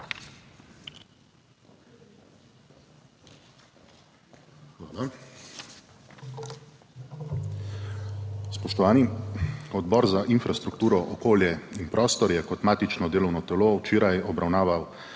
Hvala. Spoštovani! Odbor za infrastrukturo, okolje in prostor je kot matično delovno telo včeraj obravnaval